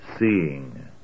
seeing